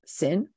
sin